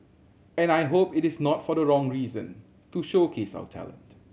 and I hope it is not for the wrong reason to showcase our talent